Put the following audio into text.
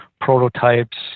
prototypes